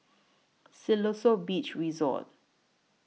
Siloso Beach Resort